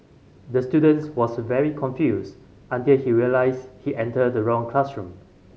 the students was very confused until he realised he entered the wrong classroom